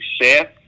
Seth